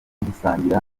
gusangira